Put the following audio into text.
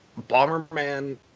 Bomberman